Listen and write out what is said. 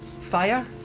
fire